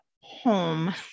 home